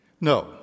No